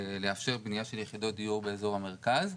קנייה של יחידות דיור באזור המרכז,